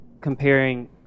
comparing